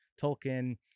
Tolkien